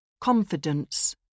Confidence